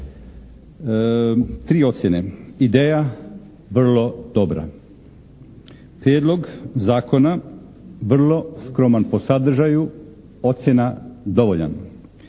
Tri ocjene: ideja, vrlo dobra. Prijedlog zakona, vrlo skroman po sadržaju, ocjena dovoljan.